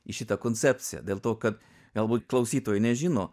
į šitą koncepciją dėl to kad galbūt klausytojai nežino